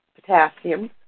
potassium